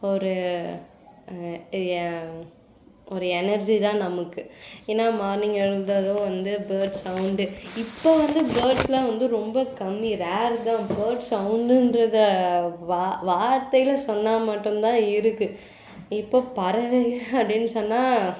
ஒரு ஏன் ஒரு எனெர்ஜி தான் நமக்கு ஏன்னால் மார்னிங் எழுந்ததும் வந்து பேர்ட்ஸ் சௌண்டு இப்போ வந்து பேர்ட்ஸெல்லாம் வந்து ரொம்ப கம்மி ரேரு தான் பேர்ட்ஸ் சௌண்டுங்றத வா வார்த்தையில் சொன்னால் மட்டும்தான் இருக்குது இப்போ பறவைகள் அப்படின்னு சொன்னால்